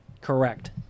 Correct